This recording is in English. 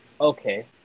okay